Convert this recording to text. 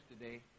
today